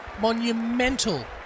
monumental